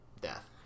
death